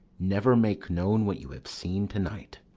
never make known what you have seen to-night.